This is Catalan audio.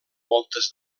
voltes